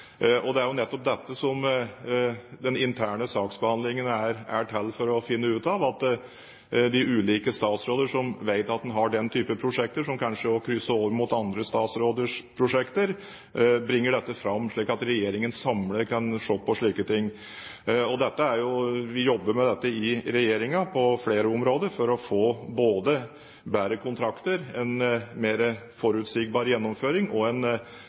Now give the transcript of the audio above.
Det er jo nettopp dette som den interne saksbehandlingen er til for for å finne ut av, slik at de ulike statsråder som vet at de har en type prosjekter som også krysser over på andre statsråders prosjekter, bringer dette fram, slik at regjeringen samlet kan se på slike ting. Vi jobber med dette i regjeringen på flere områder, for å få både bedre kontrakter, en mer forutsigbar gjennomføring og god framdrift i prosjekter. Dette er et høyt prioritert område for regjeringen. «Det er en